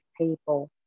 people